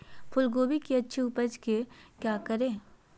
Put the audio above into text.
फूलगोभी की अच्छी उपज के क्या करे?